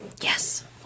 Yes